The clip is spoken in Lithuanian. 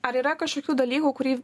ar yra kažkokių dalykų kurį